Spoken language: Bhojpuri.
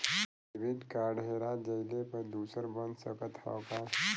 डेबिट कार्ड हेरा जइले पर दूसर बन सकत ह का?